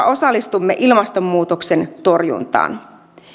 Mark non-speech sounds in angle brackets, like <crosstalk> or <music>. <unintelligible> osallistumme ilmastonmuutoksen torjuntaan